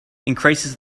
increases